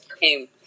came